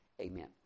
Amen